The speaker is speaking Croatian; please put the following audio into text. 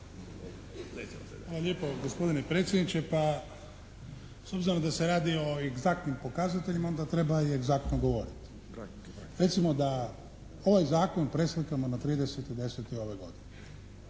Hvala lijepo gospodine predsjedniče. Pa, s obzirom da se radi o egzaktnim pokazateljima onda treba i egzaktno govoriti. Recimo da ovaj zakon preslikamo na 30.10. ove godine.